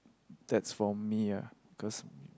that's for me ah cause